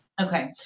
Okay